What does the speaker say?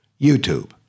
YouTube